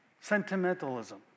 Sentimentalism